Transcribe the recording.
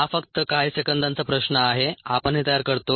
हा फक्त काही सेकंदांचा प्रश्न आहे आपण हे तयार करतो